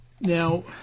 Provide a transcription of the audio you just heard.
now